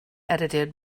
edited